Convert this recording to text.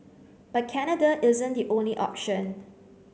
but Canada isn't the only option